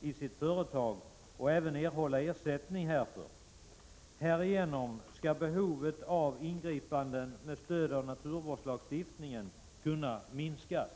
i sitt företag och även erhålla ersättning härför. Härigenom skulle behovet av ingripanden med stöd av naturvårdslagstiftningen kunna minskas.